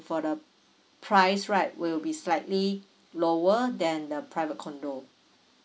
for the price right will be slightly lower than the private condo